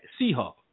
Seahawk